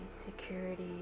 security